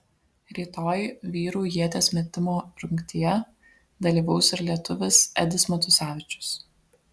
rytoj vyrų ieties metimo rungtyje dalyvaus ir lietuvis edis matusevičius